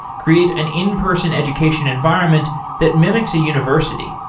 create an in-person education environment that mimics a university,